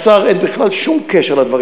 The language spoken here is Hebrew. לשר אין בכלל שום קשר לדברים.